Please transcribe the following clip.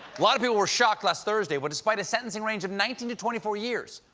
lot of people were shocked last thursday when, despite a sentencing range of nineteen twenty four years,